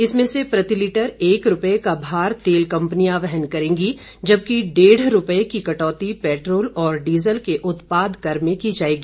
इसमें से प्रति लीटर एक रुपये का भार तेल कंपनियां वहन करेंगी जबकि डेढ़ रुपये की कटौती पेट्रोल और डीजल के उत्पाद कर में की जाएगी